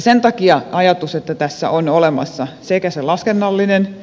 sen takia ajatus että tässä on olemassa sekä se laskennallinen